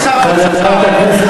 נא לשבת.